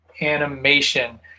Animation